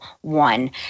one